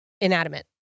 inanimate